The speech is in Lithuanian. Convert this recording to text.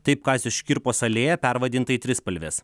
taip kazio škirpos alėja pervadinta į trispalvės